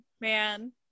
man